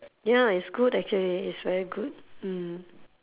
ya it's good actually it's very good mm